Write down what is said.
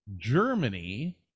Germany